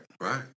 Right